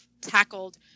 tackled